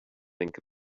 think